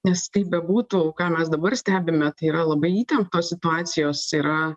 nes kaip bebūtų ką mes dabar stebime tai yra labai įtemptos situacijos yra